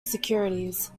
securities